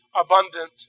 abundant